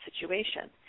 situation